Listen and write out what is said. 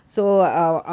ya